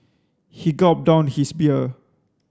he gulped down his beer